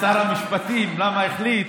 שר המשפטים, למה הוא החליט